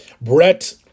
Brett